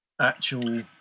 actual